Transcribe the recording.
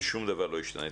ושום דבר לא השתנה.